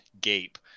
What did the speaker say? gape